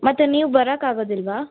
ಮತ್ತೆ ನೀವು ಬರಕಾಗೋದಿಲ್ವಾ